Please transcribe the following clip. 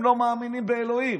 הם לא מאמינים באלוהים,